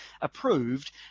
approved